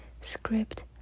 Script